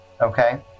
okay